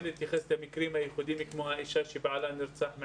להתייחס למקרים הייחודיים כמו האישה מערבה שבעלה נרצח,